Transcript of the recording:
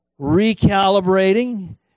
recalibrating